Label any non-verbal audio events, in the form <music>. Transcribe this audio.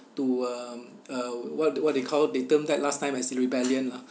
<breath> to um uh what what do you call they term that last time as rebellion lah